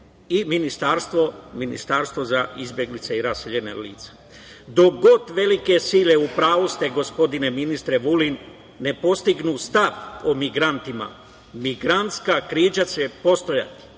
i Ministarstvo za izbeglice i raseljena lica. Dok god velike sile, u pravu ste gospodine ministre Vulin, ne postignu stav o migrantima, migrantska kriza će postojati,